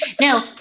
No